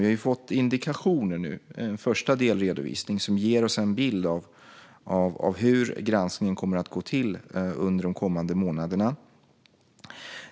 Vi har nu fått indikationer i en första delredovisning som ger oss en bild av hur granskningen kommer att gå till under de kommande månaderna.